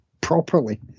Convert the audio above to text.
properly